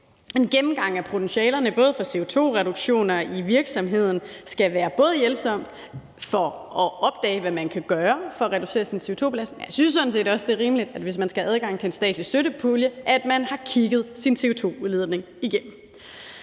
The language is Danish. En gennemgang af potentialerne for CO2-reduktioner i virksomheden skal være hjælpsom i forhold til at opdage, hvad man kan gøre for at reducere sin CO2-belastning, men jeg synes sådan set også, at det er rimeligt, at man, hvis man skal have adgang til en statslig støttepulje, har kigget sin CO2-udledning igennem.